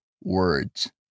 words